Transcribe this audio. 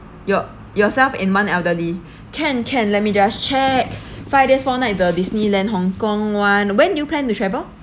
your yourself and one elderly can can let me just check five days four nights the disneyland hong kong one when do you plan to travel